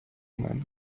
мене